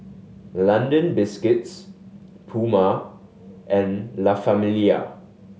London Biscuits Puma and La Famiglia